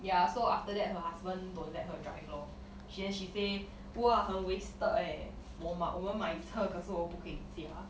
ya so after that her husband don't let her drive lor she then she say !wah! 很 wasted eh 我买我们买车可是我不可以驾